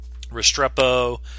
Restrepo